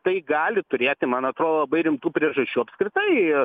tai gali turėti man atrodo labai rimtų priežasčių apskritai